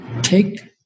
take